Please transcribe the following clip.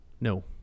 No